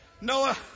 Noah